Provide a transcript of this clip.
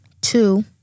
two